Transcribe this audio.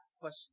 question